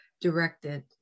directed